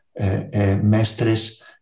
mestres